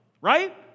Right